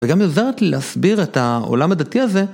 וגם עזרת לי להסביר את העולם הדתי הזה.